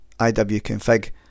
iwconfig